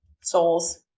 souls